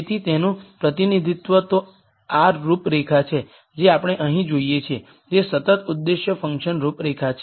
તેથી તેનું પ્રતિનિધિત્વ તે આ રૂપરેખા છે જે આપણે અહીં જોઈએ છીએ જે સતત ઉદ્દેશ ફંક્શન રૂપરેખા છે